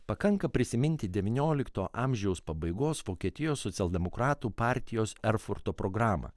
pakanka prisiminti devyniolikto amžiaus pabaigos vokietijos socialdemokratų partijos erfurto programą